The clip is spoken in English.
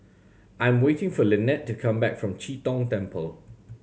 I am waiting for Linette to come back from Chee Tong Temple